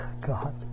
God